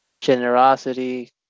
Generosity